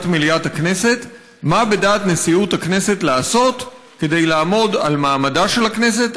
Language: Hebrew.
מליאת הכנסת: מה בדעת נשיאות הכנסת לעשות כדי לעמוד על מעמדה של הכנסת,